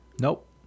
Nope